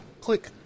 Click